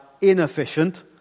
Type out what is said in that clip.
inefficient